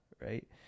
right